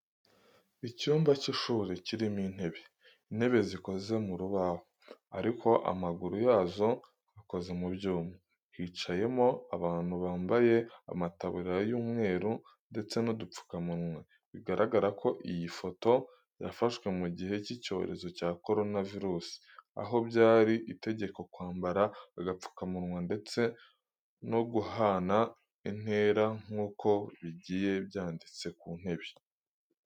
Icyumba cy'ishuri kirimo intebe, intebe zikoze mu rubaho ariko amaguru yazo akoze mu byuma, hicayemo abantu bambaye amataburiya y'umweru ndetse n'udupfukamunwa. Bigaragara ko iyi foto yafashwe mu gihe cy'icyorezo cya korona virusi, aho byari itegeko kwambara agapfukamunwa ndetse no guhana intera nk'uko bigiye byanditse ku ntebe.